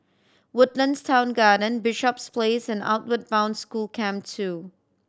Woodlands Town Garden Bishops Place and Outward Bound School Camp Two